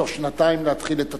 תוך שנתיים להתחיל את התשתיות.